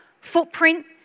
footprint